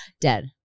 Dead